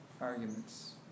arguments